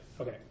Okay